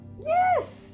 Yes